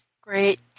Great